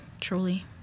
truly